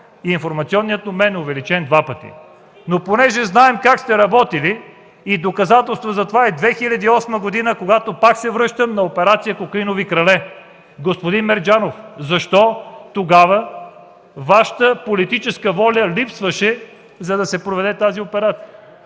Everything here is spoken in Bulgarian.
и информационният обем е увеличен два пъти. Но понеже знаем как сте работили и доказателство за това е 2008 г., когато – пак се връщам на операция „Кокаинови крале”. Господин Мерджанов, защо тогава Вашата политическа воля липсваше, за да се проведе тази операция?